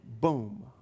Boom